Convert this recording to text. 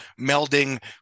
melding